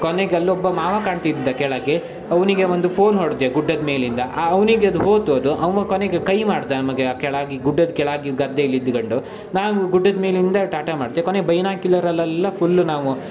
ಕೊನೆಗೆ ಅಲ್ಲೊಬ್ಬ ಮಾವ ಕಾಣ್ತಿದ್ದ ಕೆಳಗೆ ಅವನಿಗೆ ಒಂದು ಫೋನ್ ಹೊಡ್ದ್ಯ ಗುಡ್ಡದ ಮೇಲಿಂದ ಆ ಅವ್ನಿಗೆ ಅದು ಹೋಯ್ತು ಅದು ಅವ ಕೊನೆಗೆ ಕೈ ಮಾಡಿದ ನಮಗೆ ಆ ಕೆಳಗೆ ಗುಡ್ಡದ ಕೆಳಗೆ ಗದ್ದೆಯಲ್ಲಿ ಇದ್ಕಂಡು ನಾವು ಗುಡ್ಡದ ಮೇಲಿಂದ ಟಾಟ ಮಾಡ್ತ್ಯ ಕೊನೆಗೆ ಬೈನಾಕಿಲರಲ್ಲೆಲ್ಲ ಫುಲ್ಲು ನಾವು